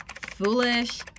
foolish